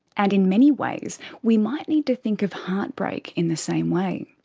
and in many ways we might need to think of heartbreak in the same way.